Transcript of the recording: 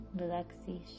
relaxation